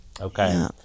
okay